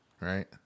right